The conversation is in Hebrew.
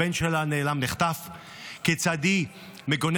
כיצד הבן שלה נחטף,